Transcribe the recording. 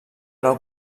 una